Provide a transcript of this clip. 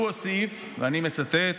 הוא הוסיף, ואני מצטט: